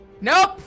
Nope